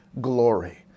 glory